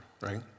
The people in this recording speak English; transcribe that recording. right